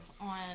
on